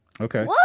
Okay